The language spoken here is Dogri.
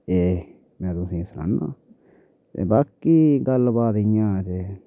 ते में तुसें ई सनान्ना ते बाकी गल्ल बात इ'यां ऐ ते